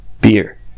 beer